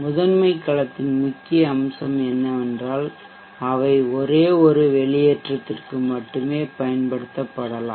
முதன்மை கலத்தின் முக்கிய அம்சம் என்னவென்றால் அவை ஒரே ஒரு வெளியேற்றத்திற்கு மட்டுமே பயன்படுத்தப்படலாம்